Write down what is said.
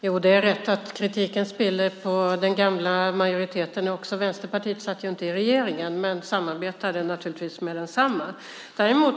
Herr talman! Det är rätt att kritiken spiller över på den gamla majoriteten. Vänsterpartiet satt inte i regeringen men samarbetade naturligtvis med den.